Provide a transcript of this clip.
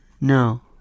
No